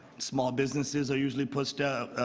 small businesses are usually push out